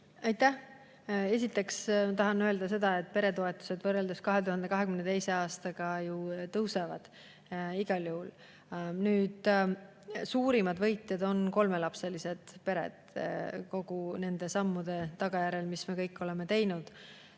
Aitäh! Esiteks, ma tahan öelda seda, et peretoetused võrreldes 2022. aastaga ju tõusevad igal juhul. Suurimad võitjad on kolmelapselised pered kõigi nende sammude tagajärjel, mis me oleme teinud.